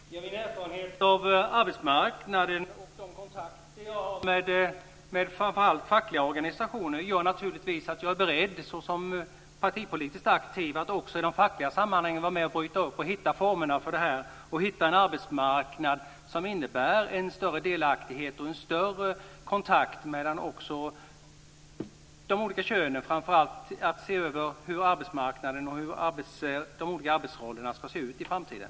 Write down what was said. Fru talman! Min erfarenhet av arbetsmarknaden och de kontakter jag har med framför allt fackliga organisationer gör naturligtvis att jag som partipolitiskt aktiv är beredd att också i de fackliga sammanhangen bryta upp och hitta formerna för en arbetsmarknad som innebär en större delaktighet och en större kontakt också mellan könen, samt att se över hur arbetsmarknaden och de olika arbetsrollerna ska se ut i framtiden.